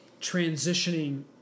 transitioning